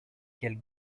quelle